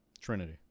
Trinity